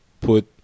put